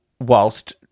whilst